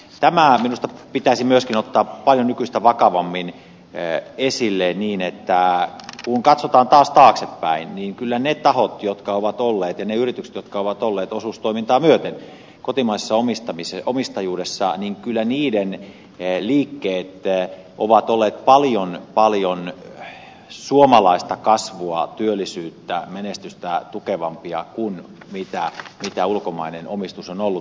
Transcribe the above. tämä minusta pitäisi myöskin ottaa paljon nykyistä vakavammin esille niin että kun katsotaan taas taaksepäin niin kyllä niiden tahojen ja niiden yritysten liikkeet jotka ovat olleet osuustoimintaa myöten kotimaisessa omistajuudessa niin kyllä niiden hellii keittää ovat olleet paljon paljon suomalaista kasvua työllisyyttä menestystä tukevampia kuin mitä ulkomainen omistus on ollut